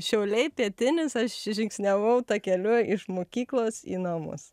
šiauliai pietinis aš žingsniavau takeliu iš mokyklos į namus